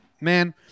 man